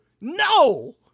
no